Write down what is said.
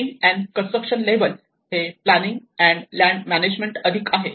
building and construction level हे planning and land management अधिक आहे